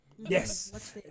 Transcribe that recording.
Yes